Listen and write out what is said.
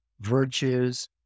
virtues